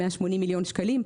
180 מיליון שקלים,